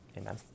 Amen